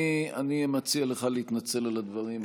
אני מציע לך להתנצל על הדברים.